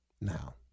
Now